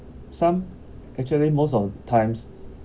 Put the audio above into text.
some actually most of times